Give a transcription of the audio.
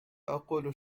أقول